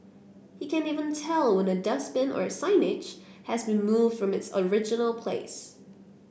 he can even tell when a dustbin or signage has been moved from its original place